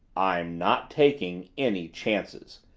i'm not taking any chances,